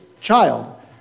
child